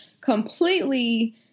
completely